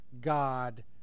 God